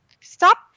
stop